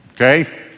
okay